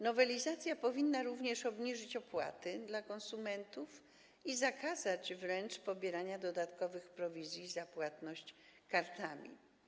Nowelizacja powinna również obniżyć opłaty dla konsumentów i zakazać wręcz pobierania dodatkowych prowizji za płatność kartami.